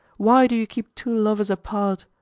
why do you keep two lovers apart?